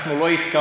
אנחנו לא התכוונו,